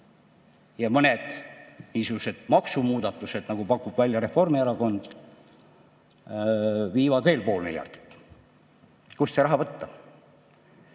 Ja mõned niisugused maksumuudatused, nagu pakub välja Reformierakond, viivad veel pool miljardit. Kust see raha võtta?